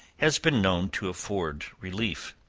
has been known to afford relief.